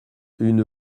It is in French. une